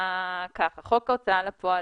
חוק ההוצאה לפועל